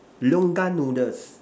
logan noodles